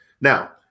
Now